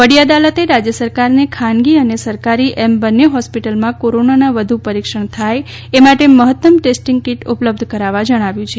વડી અદાલતે રાજ્ય સરકારને ખાનગી અને સરકારી એમ બંને હોસ્પિટલમાં કોરોનાના વધુ પરીક્ષણ થાય એ માટે મહત્તમ ટેસ્ટિંગ કીટ ઉપલબ્ધ કરાવવા જણાવ્યું છે